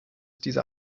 dieser